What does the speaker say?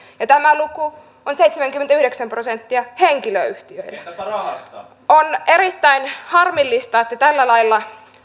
ja tämä luku on seitsemänkymmentäyhdeksän prosenttia henkilöyhtiöstä on erittäin harmillista että tällä lailla